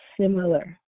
similar